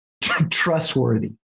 trustworthy